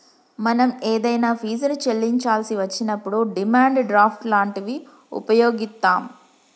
మనం ఏదైనా ఫీజుని చెల్లించాల్సి వచ్చినప్పుడు డిమాండ్ డ్రాఫ్ట్ లాంటివి వుపయోగిత్తాం